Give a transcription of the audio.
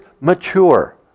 mature